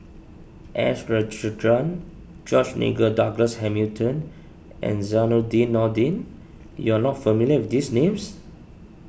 S Rajendran George Nigel Douglas Hamilton and Zainudin Nordin you are not familiar with these names